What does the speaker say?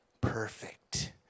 perfect